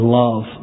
love